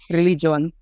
religion